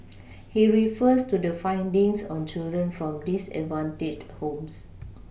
he refers to the findings on children from disadvantaged homes